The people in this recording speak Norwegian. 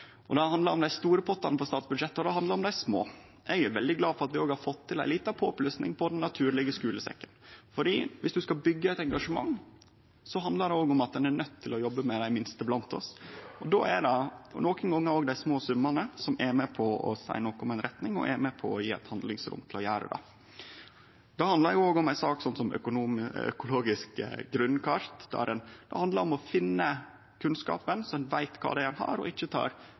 handlar om dei små. Eg er veldig glad for at vi òg har fått til ei lita påplussing på Den naturlege skulesekken, for dersom ein skal byggje eit engasjement, handlar det om at ein er nøydd til å jobbe med dei minste blant oss. Då er det nokre gonger òg dei små summane som er med på å seie noko om ei retning, og som er med på å gje eit handlingsrom til å gjere det. Det handlar òg om ei sak som økologisk grunnkart, der det handlar om å finne kunnskapen så ein veit kva ein har og ikkje